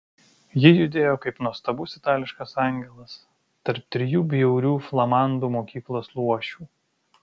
ji judėjo kaip nuostabus itališkas angelas tarp trijų bjaurių flamandų mokyklos luošių